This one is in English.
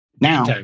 Now-